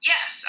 Yes